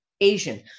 Asian